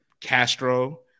Castro